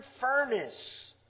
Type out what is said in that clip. furnace